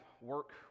work